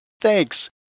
Thanks